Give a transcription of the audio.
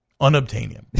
Unobtainium